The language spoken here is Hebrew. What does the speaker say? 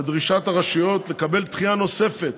לדרישת הרשויות לקבל דחייה נוספת